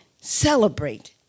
celebrate